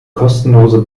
kostenlose